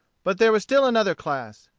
but there was still another class.